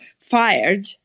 fired